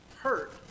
hurt